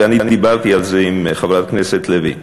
ואני דיברתי על זה עם חברת הכנסת לוי,